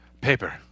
Paper